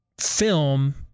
film